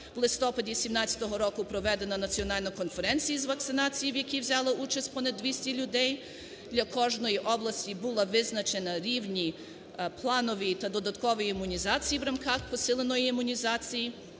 в листопаді 2017 року проведено національну конференцію з вакцинації, в якій взяли участь понад 200 людей. Для кожної області було визначено рівні, планові та додаткові, імунізації в рамках посиленої імунізації.